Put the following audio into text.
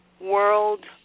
World